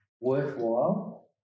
worthwhile